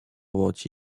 łodzi